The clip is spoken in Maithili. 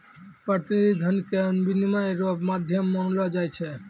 प्रतिनिधि धन के विनिमय रो माध्यम मानलो जाय छै